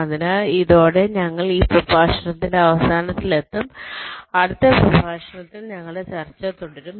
അതിനാൽ ഇതോടെ ഞങ്ങൾ ഈ പ്രഭാഷണത്തിന്റെ അവസാനത്തിൽ എത്തും അതിനാൽ അടുത്ത പ്രഭാഷണത്തിൽ ഞങ്ങൾ ഞങ്ങളുടെ ചർച്ച തുടരും